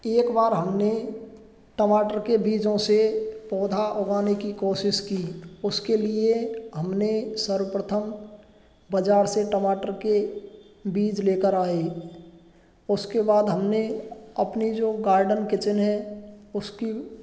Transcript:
एक बार हमने टमाटर के बीजों से पौधा उगाने की कोशिश की उसके लिए हमने सर्वप्रथम बाजार से टमाटर के बीज लेकर आए उसके बाद हमने अपनी जो गार्डन किचिन है उसकी